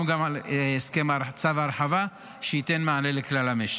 גם על הסכם צו הרחבה שייתן מענה לכלל המשק.